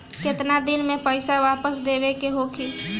केतना दिन में पैसा वापस देवे के होखी?